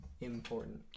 important